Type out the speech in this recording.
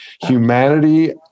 Humanity-